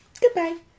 Goodbye